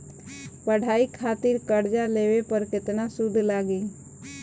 पढ़ाई खातिर कर्जा लेवे पर केतना सूद लागी?